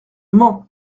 mens